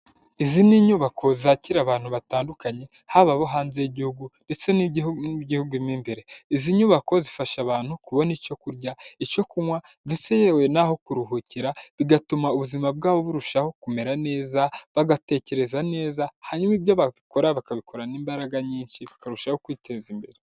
Izi ni inyubako zakira abantu batandukanye haba abo hanze y'igihugu ndetse n'igihugu mo imbere, izi nyubako zifasha abantu kubona icyo kurya, icyo kunywa ndetse yewe n'aho kuruhukira, bigatuma ubuzima bwabo burushaho kumera neza bagatekereza neza hanyuma ibyo bakora bakabikorarana n'imbaraga nyinshi bakarushaho kwiteza imbere.